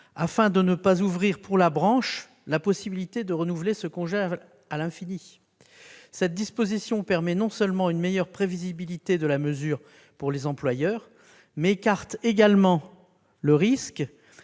afin de ne pas ouvrir pour la branche la possibilité de renouveler ce congé à l'infini. Cette rédaction non seulement permet une meilleure prévisibilité de la mesure pour les employeurs, mais écarte le risque